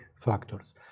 factors